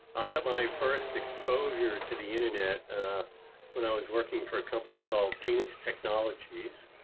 i got my first exposure to the internet ah when i was working for a company called phoenix technologies